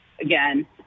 again